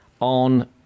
on